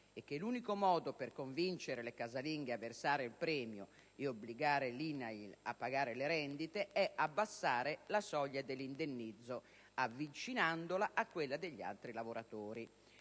e che l'unico modo per convincere le casalinghe a versare il premio ed obbligare l'INAIL a pagare le rendite è abbassare la soglia dell'indennizzo avvicinandola a quella degli altri lavoratori.